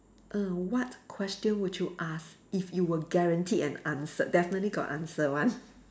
err what question would you ask if you were guaranteed an answer definitely got answer one